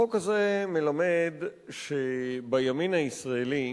החוק הזה מלמד שבימין הישראלי,